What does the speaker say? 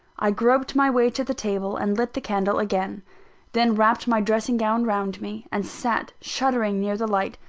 i groped my way to the table and lit the candle again then wrapped my dressing-gown round me, and sat shuddering near the light,